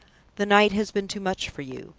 the night has been too much for you.